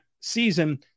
season